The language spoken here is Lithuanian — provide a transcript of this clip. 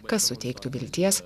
kas suteiktų vilties